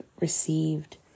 received